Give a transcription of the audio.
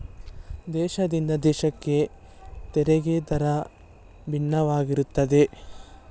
ದೇಶದಿಂದ ದೇಶಕ್ಕೆ ತೆರಿಗೆ ದರ ಭಿನ್ನವಾಗಿರುತ್ತದೆ